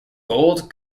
gold